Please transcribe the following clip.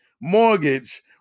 mortgage